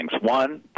One